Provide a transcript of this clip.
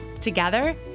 Together